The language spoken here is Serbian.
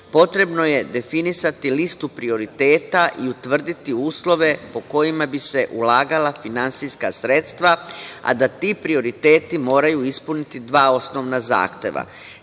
potrebno je definisati listu prioriteta i utvrditi uslove po kojima bi se ulagala finansijska sredstva, a da ti prioriteti moraju ispuniti dva osnovna zahteva